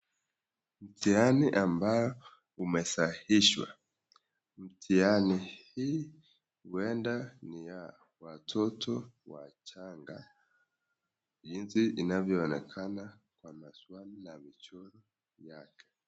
Mtiani ambao umesahishwa, mtiani hii huenda ni ya watoto wachanga. Jinsi inavyo onekana kwa maswali na michoro yake.